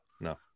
No